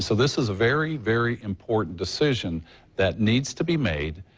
so this is a very, very important decision that needs to be made.